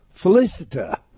Felicita